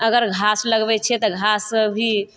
अगर घास लगबय छियै तऽ घास भी